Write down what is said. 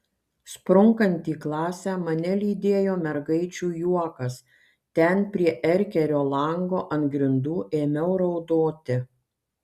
sprunkant į klasę mane lydėjo mergaičių juokas ten prie erkerio lango ant grindų ėmiau raudoti